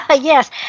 Yes